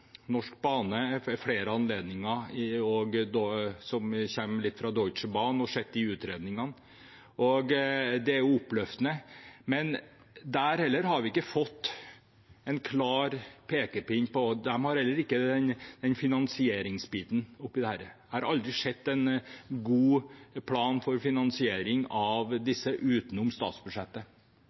Norsk Bane ved flere anledninger og sett de utredningene som kommer fra samarbeidet med Deutsche Bahn. Det er oppløftende. Men heller ikke der har vi fått en klar pekepinn om finansieringsbiten oppi dette. Jeg har aldri sett en god plan for finansiering av disse utenom statsbudsjettet.